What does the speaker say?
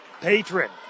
Patron